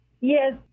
Yes